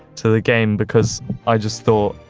to the game because i just thought,